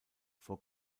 vor